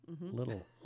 little